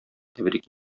тәбрик